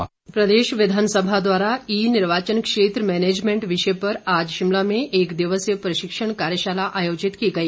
कार्यशाला प्रदेश विधानसभा द्वारा ई निर्वाचन क्षेत्र मैनेजमेंट विषय पर आज शिमला में एक दिवसीय प्रशिक्षण कार्यशाला आयोजित की गई